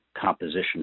composition